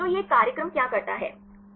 तो यह कार्यक्रम क्या करता है